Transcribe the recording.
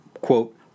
quote